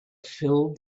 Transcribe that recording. filled